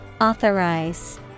Authorize